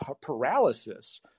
paralysis